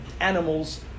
animals